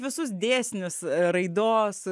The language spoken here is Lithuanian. visus dėsnius raidos